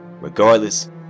Regardless